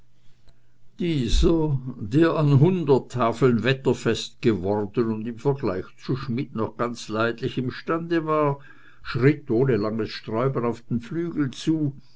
dieser der an hundert tafeln wetterfest geworden und im vergleich zu schmidt noch ganz leidlich im stande war schritt ohne langes sträuben auf den flügel zu